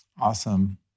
Awesome